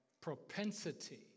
propensity